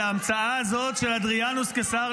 להמצאה הזאת של אדריאנוס כשר,